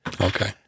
Okay